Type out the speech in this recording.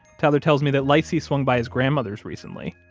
tyler tells me that lightsey swung by his grandmother's recently.